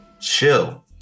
chill